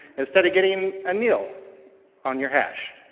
instead of getting a nil on your hash.